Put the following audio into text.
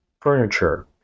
furniture